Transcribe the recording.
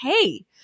hey